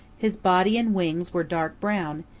his body and wings were dark brown,